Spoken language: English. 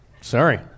Sorry